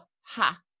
ha